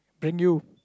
bring you